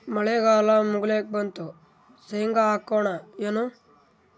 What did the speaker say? ಮಳಿಗಾಲ ಮುಗಿಲಿಕ್ ಬಂತು, ಶೇಂಗಾ ಹಾಕೋಣ ಏನು?